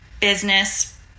business